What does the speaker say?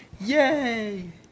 yay